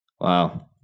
Wow